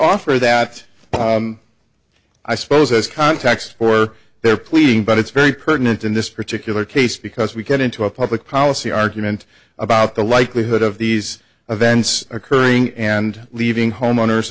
offer that i suppose as context for their pleading but it's very pertinent in this particular case because we get into a public policy argument about the likelihood of these events occurring and leaving homeowners